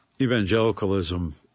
evangelicalism